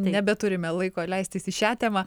nebeturime laiko leistis į šią temą